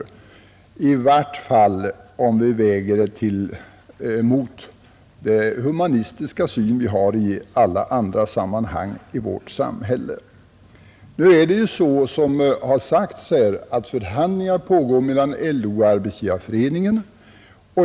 Detta gäller i vart fall om vi väger det mot den humanistiska syn vi har i alla andra sammanhang i vårt samhälle. Nu är det ju så som har sagts här, att förhandlingar pågår mellan LO och Arbetsgivareföreningen.